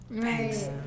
Thanks